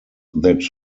that